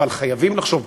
אבל חייבים לחשוב.